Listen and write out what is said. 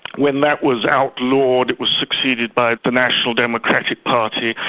when that was outlawed, it was succeeded by the national democratic party,